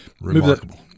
Remarkable